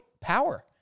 power